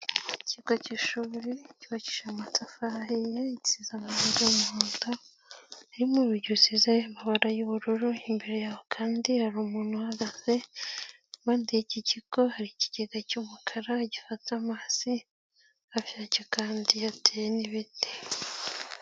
Ikigo cy'ishuri cyubakishije amatafari ahiye, gisize amarangi y'umuhondo, harimo urugi rusize amabara y'ubururu, imbere yaho kandi hari umuntu uhagaze, impande y'iki kigo hari ikigega cy'umukara gifata amazi, hafi yacyo kandi hateye n'ibiti.